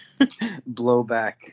blowback